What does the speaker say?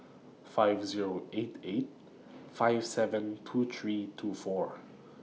five Zero eight eight five seven two three two four